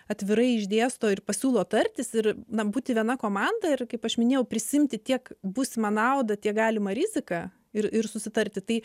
atvirai išdėsto ir pasiūlo tartis ir na būti viena komanda ir kaip aš minėjau prisiimti tiek būsimą naudą tiek galimą riziką ir ir susitarti tai